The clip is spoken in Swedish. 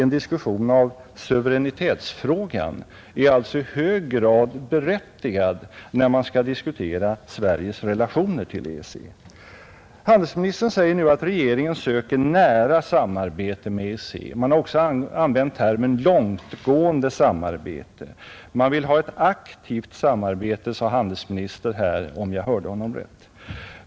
En diskussion beträffande suveränitetsfrågan är alltså i hög grad berättigad när man skall diskutera Sveriges relationer till EEC. Handelsministern säger nu att regeringen söker nära samarbete med EEC, Man har också använt termen långtgående samarbete. Man vill ha ett aktivt samarbete, sade handelsministern här om jag uppfattade rätt.